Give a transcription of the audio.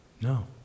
No